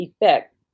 effect